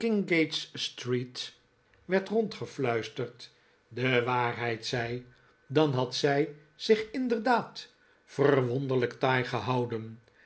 werd rondgef luisterd de waarheid zei dan had zij zich inderdaad verwonderlijk taai gehouden